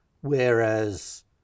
Whereas